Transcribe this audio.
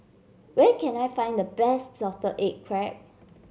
where can I find the best Salted Egg Crab